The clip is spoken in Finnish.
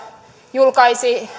julkaisi